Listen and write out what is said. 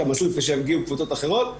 את המסלול לפני שיגיעו קבוצות אחרות,